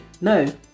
no